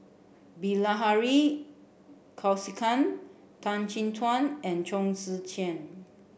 Bilahari Kausikan Tan Chin Tuan and Chong Tze Chien